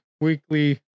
weekly